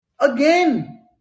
Again